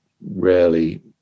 rarely